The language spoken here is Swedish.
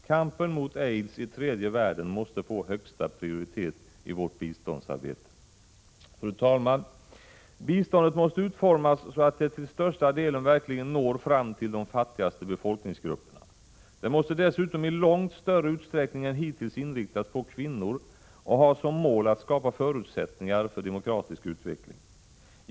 Kampen mot aids i tredje världen måste få högsta prioritet i vårt biståndsarbete. Fru talman! Biståndet måste utformas så att det till största delen verkligen når fram till de fattigaste befolkningsgrupperna. Det måste dessutom i långt större utsträckning än hittills inriktas på kvinnor och ha som mål att skapa förutsättningar för demokratisk utveckling.